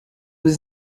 was